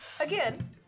Again